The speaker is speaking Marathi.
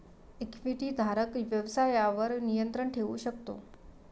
इक्विटीधारक व्यवसायावर नियंत्रण ठेवू शकतो